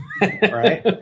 right